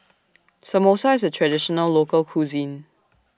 Samosa IS A Traditional Local Cuisine